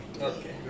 Okay